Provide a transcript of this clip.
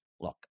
look